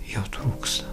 jo trūksta